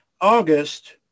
August